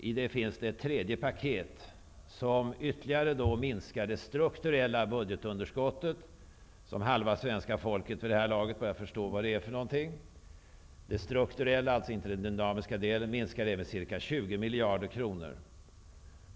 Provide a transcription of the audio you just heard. I det finns ett tredje paket, som ytterligare minskar det strukturella budgetunderskottet -- inte den dynamiska delen -- som halva svenska folket vid det här laget börjar förstå vad det är för någonting, med ca 20 miljarder kronor.